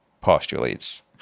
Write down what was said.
postulates